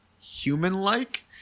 human-like